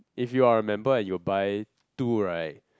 if you are a member and you buy two right